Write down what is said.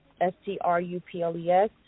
S-T-R-U-P-L-E-S